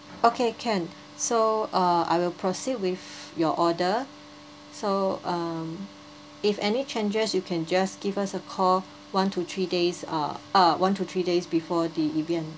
okay can so uh I will proceed with your order so um if any changes you can just give us a call one to three days uh ah one to three days before the event